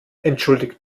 entschuldigt